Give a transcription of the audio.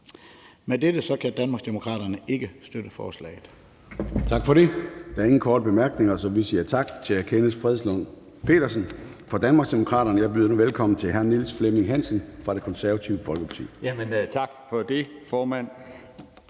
Med dette sagt kan Danmarksdemokraterne ikke støtte forslaget.